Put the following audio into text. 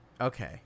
Okay